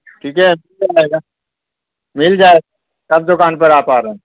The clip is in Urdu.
ٹھیک ہے مل جائے گا مل جائے کب دوکان پر آپ آ رہے ہیں